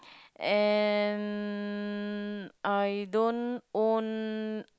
and I don't own